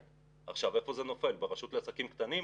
איפה זה נופל, ברשות לעסקים קטנים?